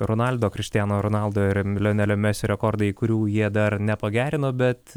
ronaldo krištiano ronaldo ir lionelio mesio rekordai kurių jie dar nepagerino bet